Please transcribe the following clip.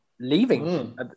leaving